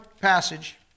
passage